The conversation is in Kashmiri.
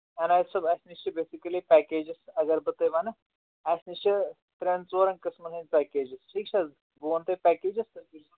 عنایت صٲب اَسہِ نِش چھُ بیسِکٔلی پیکیجِز اگر بہٕ تۄہہِ وَنہٕ اَسہِ نِش چھِ ترٛٮ۪ن ژورَن قٕسمَن ہِنٛدۍ پیکیجِز ٹھیٖک چھِ حظ بہٕ وَنہٕ تۄہہِ پیکیجِز